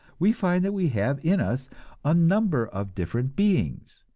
we find that we have in us a number of different beings,